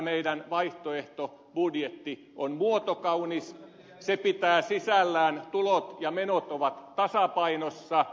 tämä meidän vaihtoehtobudjettimme on muotokaunis se pitää sisällään tulot ja menot jotka ovat tasapainossa